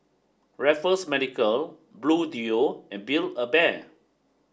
Raffles Medical Bluedio and Build a Bear